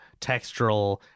textural